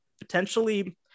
potentially